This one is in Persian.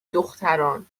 دختران